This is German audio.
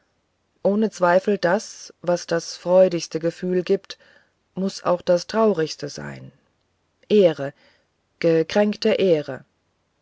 ohne zweifel das was das freudigste gefühl gibt muß auch das traurigste werden ehre gekränkte ehre